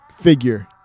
figure